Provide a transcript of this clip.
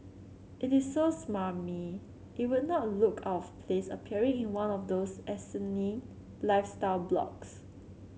it is so smarmy it would not look out of place appearing in one of those asinine lifestyle blogs